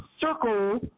circle